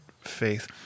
faith